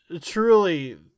truly